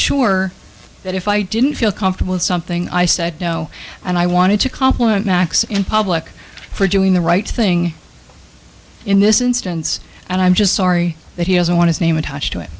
sure that if i didn't feel comfortable in something i said no and i wanted to compliment max in public for doing the right thing in this instance and i'm just sorry that he doesn't want to name attached to it